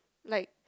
like